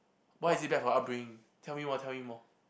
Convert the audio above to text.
why is it bad for upbringing tell me more tell me more